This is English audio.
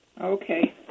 Okay